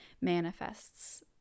manifests